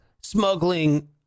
smuggling